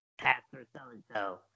so-and-so